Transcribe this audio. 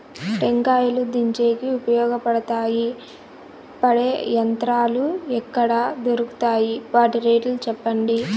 టెంకాయలు దించేకి ఉపయోగపడతాయి పడే యంత్రాలు ఎక్కడ దొరుకుతాయి? వాటి రేట్లు చెప్పండి?